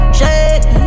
shake